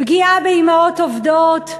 פגיעה באימהות עובדות,